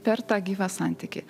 per tą gyvą santykį